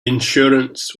insurance